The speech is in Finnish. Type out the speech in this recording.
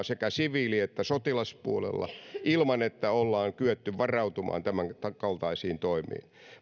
sekä siviili että sotilaspuolella ilman että ollaan kyetty varautumaan tämänkaltaisiin toimiin